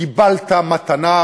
קיבלת מתנה,